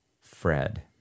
Fred